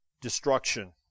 destruction